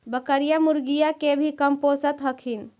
बकरीया, मुर्गीया के भी कमपोसत हखिन?